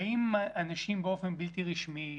באים אנשים באופן בלתי רשמי,